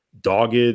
dogged